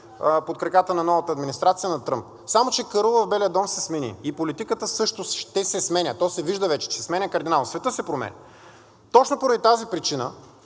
под краката на новата администрация на Тръмп. Само че караулът в Белия дом се смени и политиката също ще се сменя, то се вижда вече, че се сменя кардинално. Светът се променя. Точно поради тази причина